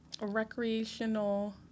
recreational